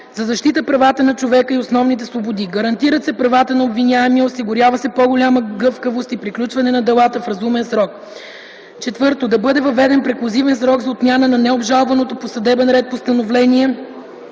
за защита правата на човека и основните свободи, гарантират се правата на обвиняемия, осигурява се по-голяма гъвкавост и приключване на делата в разумен срок; 4) да бъде въведен преклузивен срок за отмяна на необжалваното по съдебен ред постановление